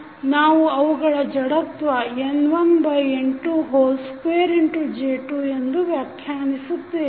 ನಾವು ಅವುಗಳನ್ನು ಜಡತ್ವ N1N22J2 ಎಂದು ವ್ಯಾಖ್ಯಾನಿಸುತ್ತೇವೆ